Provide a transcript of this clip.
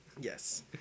Yes